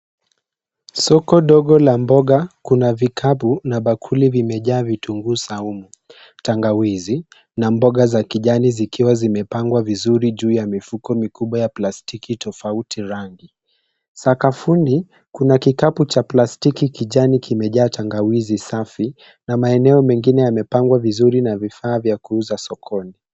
Soko dogo la mboga, kuna vikapu na bakuli vimejaa vitunguu saumu, tangawizi na mboga za kijani zikiwa zimepangwa vizuri juu ya mifuko mikubwa ya plastiki tofauti rangi. Sakafuni, kuna kikapu cha plastiki kijani kimejaa tangawizi safi na maeneo mengine yamepangwa vizuri na vifaa vya kuuza sokoni.